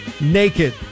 naked